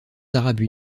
arabes